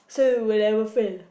so when I'm a fan